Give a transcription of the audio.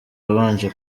wabanje